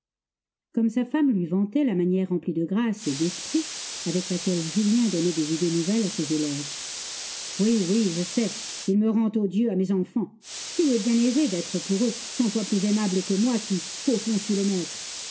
comme sa femme lui vantait la manière remplie de grâce et d'esprit avec laquelle julien donnait des idées nouvelles à ses élèves oui oui je le sais il me rend odieux à mes enfants il lui est bien aisé d'être pour eux cent fois plus aimable que moi qui au fond suis le maître